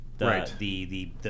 Right